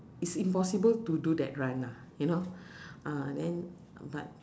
it's impossible to do that run ah you know uh then but